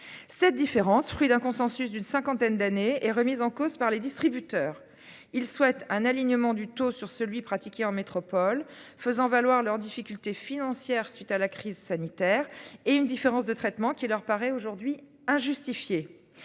Cette différence, fruit d'un consensus d'une cinquantaine d'années est remise en cause par les distributeurs. Il souhaite un alignement du taux sur celui pratiqué en métropole, faisant valoir leurs difficultés financières suite à la crise sanitaire et une différence de traitement qui leur paraît aujourd'hui injustifiée.